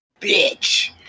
Bitch